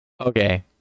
Okay